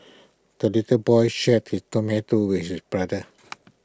the little boy shared his tomato with his brother